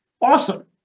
awesome